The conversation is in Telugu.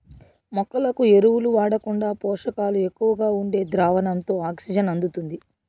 మొక్కలకు ఎరువులు వాడకుండా పోషకాలు ఎక్కువగా ఉండే ద్రావణంతో ఆక్సిజన్ అందుతుంది